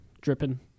dripping